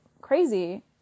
crazy